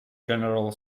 general